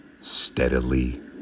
steadily